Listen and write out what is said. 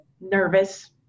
nervous